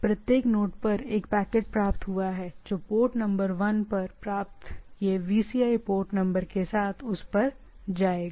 प्रत्येक नोड पर मैं कहता हूं कि यदि मुझे एक पैकेट प्राप्त हुआ है तो पोर्ट नंबर 1 पर प्राप्त पोर्ट नंबर से प्राप्त ये VCI पोर्ट नंबर के साथ उस पर जाएगा